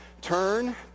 turn